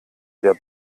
der